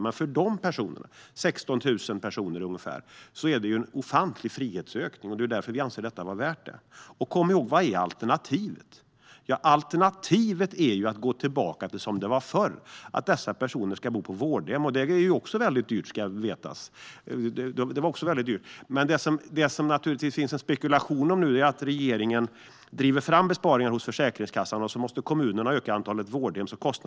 Men för dessa 16 000 personer är frihetsökningen ofantlig, och det är därför som vi anser att det är värt det. Kom ihåg: Vad är alternativet? Jo, alternativet är att gå tillbaka till hur det var förr, att dessa personer ska bo på vårdhem, och det är också väldigt dyrt. Det som man naturligtvis spekulerar om nu är att regeringen driver fram besparingar hos Försäkringskassan, och sedan måste kommunerna öka antalet vårdhem.